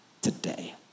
today